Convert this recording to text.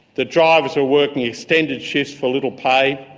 the drivers were working extended shifts for little pay,